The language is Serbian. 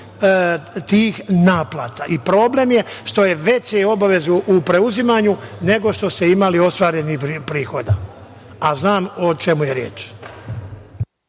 tih naplata i problem je što su veće obaveze u preuzimanju, nego što ste imali ostvarenih prihoda, a znam o čemu je reč.